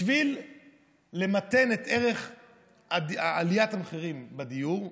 בשביל למתן את עליית המחירים בדיור,